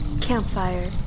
Campfire